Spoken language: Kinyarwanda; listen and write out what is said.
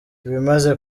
ibimaze